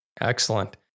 Excellent